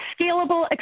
scalable